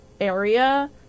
area